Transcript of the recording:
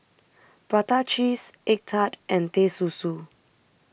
Prata Cheese Egg Tart and Teh Susu